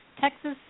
Texas